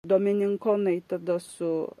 domininkonai tada su